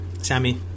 Sammy